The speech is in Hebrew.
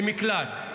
למקלט,